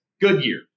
Goodyear